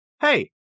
Hey